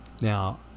Now